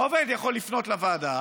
העובד יכול לפנות לוועדה,